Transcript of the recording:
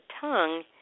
tongue